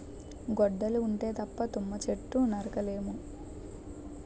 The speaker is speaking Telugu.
గొడ్డలి ఉంటే తప్ప తుమ్మ చెట్టు నరక లేము